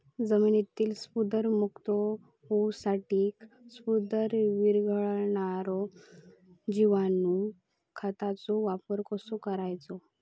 जमिनीतील स्फुदरमुक्त होऊसाठीक स्फुदर वीरघळनारो जिवाणू खताचो वापर कसो करायचो?